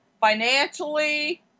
financially